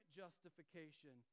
justification